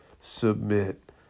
submit